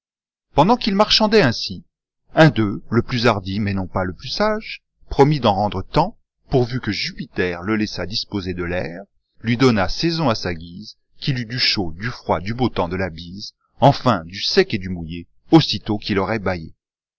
pendant qu'ils marchandaient ainsi în d'eux le plus hardi mais non pas le plus sage romit d'en rendre tanîi pourvn que jupiter le laissât disposer de l'air lui donnât saison à sa guise qu'il eût du chaud du froid du beau temps de la bise enfin du sec et du mouillé aussitôt qu'il aurait bâillé